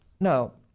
now,